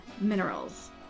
minerals